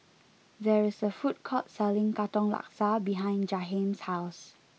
there is a food court selling Katong Laksa behind Jahiem's house